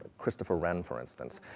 christopher wren, for instance.